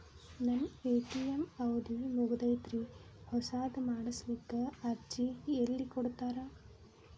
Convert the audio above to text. ನನ್ನ ಎ.ಟಿ.ಎಂ ಅವಧಿ ಮುಗದೈತ್ರಿ ಹೊಸದು ಮಾಡಸಲಿಕ್ಕೆ ಅರ್ಜಿ ಎಲ್ಲ ಕೊಡತಾರ?